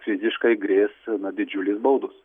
fiziškai grės na didžiulės baudos